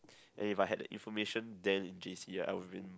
and if I had that information then in j_c I would've been